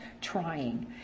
trying